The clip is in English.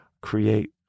create